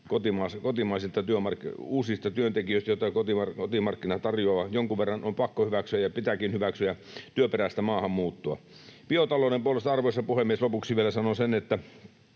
uusista työntekijöistä, joita kotimarkkina tarjoaa, jonkun verran on pakko hyväksyä ja pitääkin hyväksyä työperäistä maahanmuuttoa. Biotalouden puolesta, arvoisa puhemies, lopuksi vielä sanon sen, että